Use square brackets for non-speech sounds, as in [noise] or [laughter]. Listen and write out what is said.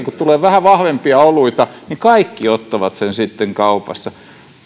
[unintelligible] kun tulee vähän vahvempia oluita niin kaikki ottavat sen sitten kaupassa